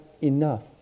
enough